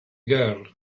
girl